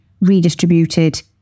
redistributed